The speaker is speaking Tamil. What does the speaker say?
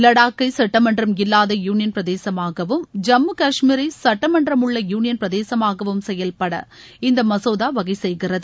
லடாக்கை சட்டமன்றம் இல்லாத யூனியன் பிரதேசமாகவும் ஜம்மு கஷ்மீரை சுட்டமன்றம் உள்ள யுனியன் பிரதேசமாகவும் செயல்பட இந்த மசோதா வகை செய்கிறது